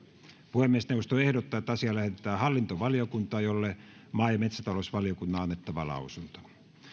puhemiesneuvosto ehdottaa että asia lähetetään hallintovaliokuntaan jolle maa ja metsätalousvaliokunnan on annettava lausunto